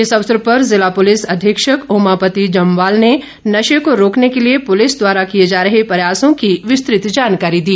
इस अवसर पर जिला पुलिस अधीक्षक ओमापति जम्वाल ने नशे को रोकने के लिए पुलिस द्वारा किए जा रहे प्रयासों की विस्तृत जानकारी दी